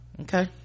okay